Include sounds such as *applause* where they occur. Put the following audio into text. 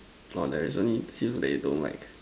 *noise* or there is only seafood that you don't like